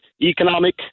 Economic